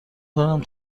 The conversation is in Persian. کنم